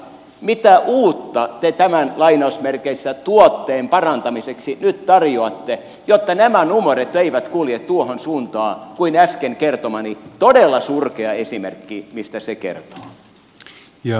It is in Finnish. mitä uutta te tämän tuotteen parantamiseksi nyt tarjoatte jotta nämä numerot eivät kulje tuohon suuntaan kuin mistä äsken kertomani todella surkea esimerkki kertoo